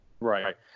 Right